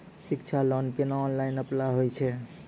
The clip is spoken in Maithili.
शिक्षा लोन केना ऑनलाइन अप्लाय होय छै?